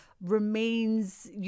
remains